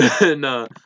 No